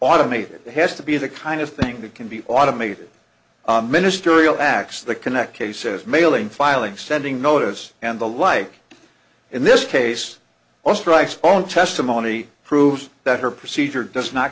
automated it has to be the kind of thing that can be automated ministerial acts that connect cases mailing filing sending notice and the like in this case or strikes phone testimony proves that her procedure does not